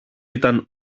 ήταν